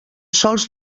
sols